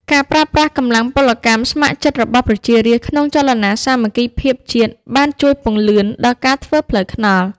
ការប្រើប្រាស់កម្លាំងពលកម្មស្ម័គ្រចិត្តរបស់ប្រជារាស្ត្រក្នុងចលនាសាមគ្គីភាពជាតិបានជួយពន្លឿនការធ្វើផ្លូវថ្នល់។